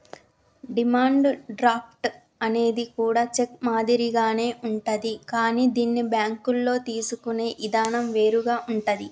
demand draft అనేది కూడా cheque మాదిరిగానే ఉంటాది కానీ దీన్ని బ్యేంకుల్లో తీసుకునే ఇదానం వేరుగా ఉంటాది